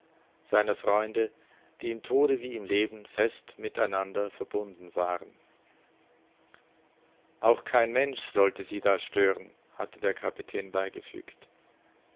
seiner freunde die im tode wie im leben fest mit einander verbunden waren auch kein mensch sollte sie da stören hatte der kapitän beigefügt